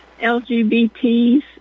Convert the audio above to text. LGBTs